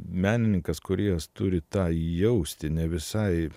menininkas kūrėjas turi tą jausti ne visai